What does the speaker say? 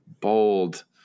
bold